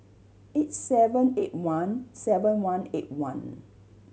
eight seven eight one seven one eight one